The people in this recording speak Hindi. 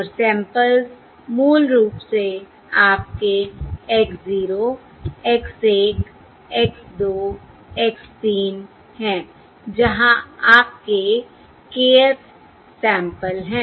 और सैंपल्स मूल रूप से आपके X 0 X 1 X 2 X 3 हैं जहां आपके kth सैंपल हैं